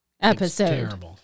episode